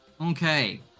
Okay